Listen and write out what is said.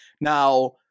Now